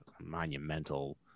monumental